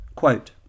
Quote